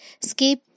skip